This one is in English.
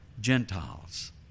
Gentiles